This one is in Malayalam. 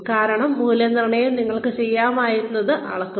കാരണം മൂല്യനിർണ്ണയം നിങ്ങൾക്ക് ചെയ്യാമായിരുന്നത് അളക്കുന്നു